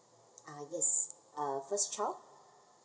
uh yes uh first child